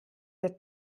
der